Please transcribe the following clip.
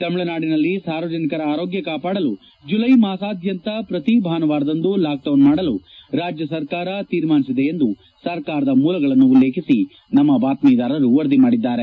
ತಮಿಳುನಾಡಿನಲ್ಲಿ ಸಾರ್ವಜನಿಕರ ಆರೋಗ್ಯ ಕಾಪಾಡಲು ಜುಲೈ ಮಾಸಾದ್ಯಂತ ಪ್ರತಿ ಭಾನುವಾರದಂದು ಲಾಕ್ಡೌನ್ ಮಾಡಲು ರಾಜ್ಯ ಸರ್ಕಾರ ತೀರ್ಮಾನಿಸಿದೆ ಎಂದು ಸರ್ಕಾರದ ಮೂಲಗಳನ್ನು ಉಲ್ಲೇಖಿಸಿ ನಮ್ಮ ಬಾತ್ಮಿದಾರರು ವರದಿ ಮಾಡಿದ್ದಾರೆ